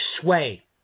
sway